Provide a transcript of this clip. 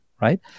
right